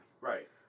Right